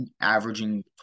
averaging